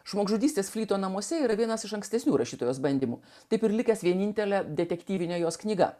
žmogžudystės plytų namuose yra vienas iš ankstesnių rašytojos bandymų taip ir likęs vienintelė detektyvinio jos knyga